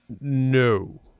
No